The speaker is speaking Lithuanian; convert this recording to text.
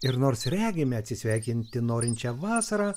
ir nors regime atsisveikinti norinčią vasarą